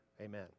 Amen